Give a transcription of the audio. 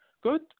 Good